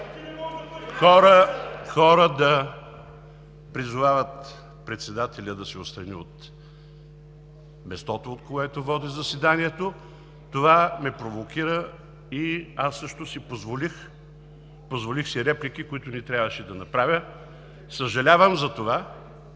хора да призовават председателя да се отстрани от мястото, от което води заседанието. Това ме провокира и аз си позволих реплики, които не трябваше да правя – съжалявам за това.